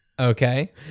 Okay